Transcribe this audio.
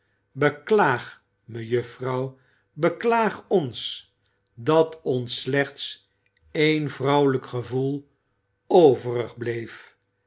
beklaag mejuffrouw beklaag ons dat ons s echts één vrouwelijk gevoel overig bleef